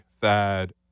Thad